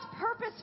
purpose